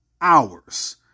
hours